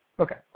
Okay